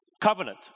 covenant